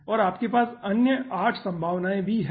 और आपके पास अन्य 8 संभावनाएं भी हैं